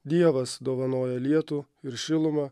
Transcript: dievas dovanoja lietų ir šilumą